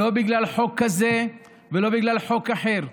לא בגלל חוק כזה ולא בגלל חוק אחר.